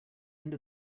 end